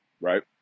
right